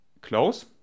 close